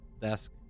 desk